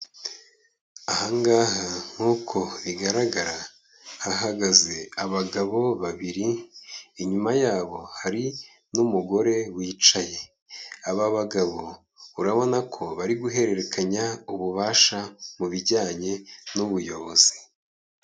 Aha ngaha nk'uko bigaragara, hahagaze abagabo babiri, inyuma yabo hari n'umugore wicaye, aba bagabo, urabona ko bari guhererekanya ububasha, mu bijyanye n'ubuyobozi.